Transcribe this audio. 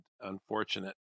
unfortunate